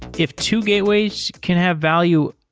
if two gateways can have value,